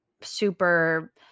Super